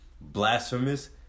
blasphemous